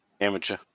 Amateur